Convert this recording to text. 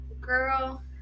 girl